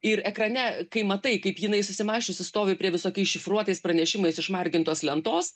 ir ekrane kai matai kaip jinai susimąsčiusi stovi prie visokiais šifruotais pranešimais išmargintos lentos